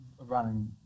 running